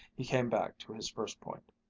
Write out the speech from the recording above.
he came back to his first point,